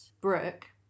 Brooke